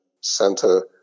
center